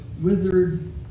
withered